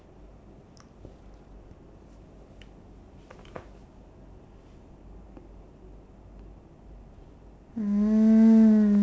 mm